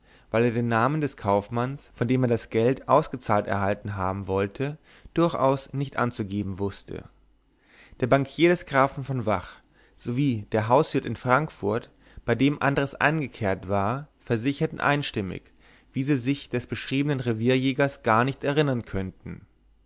weil er den namen des kaufmanns von dem er das geld ausgezahlt erhalten haben wollte durchaus nicht anzugeben wußte der bankier des grafen von vach sowie der hauswirt in frankfurt bei dem andres eingekehrt war versicherten einstimmig wie sie sich des beschriebenen revierjägers gar nicht erinnern könnten